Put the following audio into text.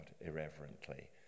irreverently